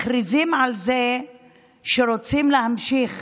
מכריזים על זה שרוצים להמשיך